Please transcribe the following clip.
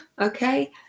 okay